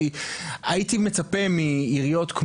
כי הייתי מצפה מעיריות,